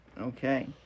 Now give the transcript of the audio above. Okay